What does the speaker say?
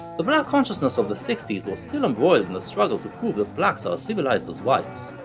the black consciousness of the sixties was still embroiled in the struggle to prove that blacks are as civilized as whites,